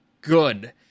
good